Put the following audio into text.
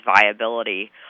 viability